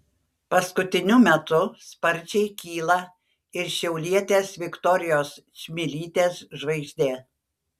paskutiniu metu sparčiai kyla ir šiaulietės viktorijos čmilytės žvaigždė